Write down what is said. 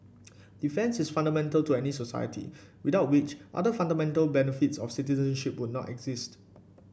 defence is fundamental to any society without which other fundamental benefits of citizenship would not exist